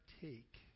take